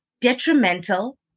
detrimental